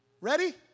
Ready